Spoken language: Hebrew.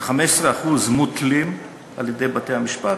כ-15% מותלים על-ידי בתי-המשפט,